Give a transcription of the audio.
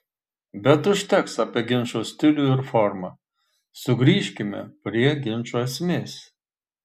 bet užteks apie ginčo stilių ar formą sugrįžkime prie ginčo esmės